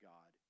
God